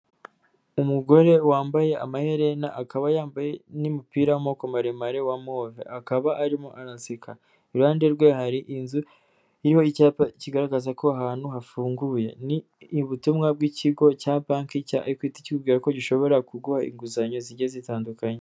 Umugore wambaye amaherena, akaba yambaye n'umupira w'amako maremare wa move, akaba arimo araseka, i ruhande rwe hari inzu iriho icyapa kigaragaza ko ahantu hafunguye, ni ubutumwa bw'ikigo cya banki cya Ekwiti kikubwira ko gishobora kuguha inguzanyo zgiye zitandukanye.